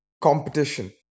Competition